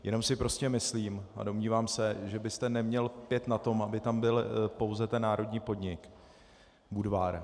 Jenom si prostě myslím a domnívám se, že byste neměl lpět na tom, aby tam byl pouze ten národní podnik Budvar.